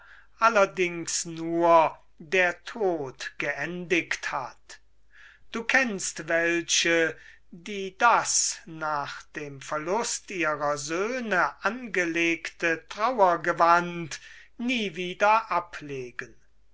trauer der tod geendigt hat du kennst welche die das nach dem verlust ihrer söhne angelegte trauergewand nie wieder ablegen